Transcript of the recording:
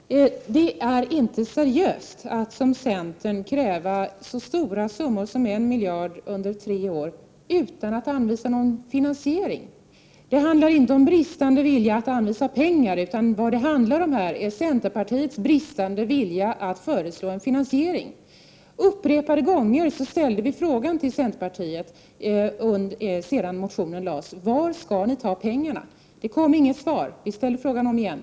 Herr talman! Det är inte seriöst att som centern kräva så stora summor som 1 miljard under tre år utan att anvisa någon finansiering. Det handlar inte om bristande vilja att anvisa pengar utan om centerns bristande vilja att 7 föreslå en finansiering. Upprepade gånger ställde vi frågan till centern sedan motionen väcktes: Varifrån skall ni ta pengarna? Det kom inget svar, och vi ställde frågan igen.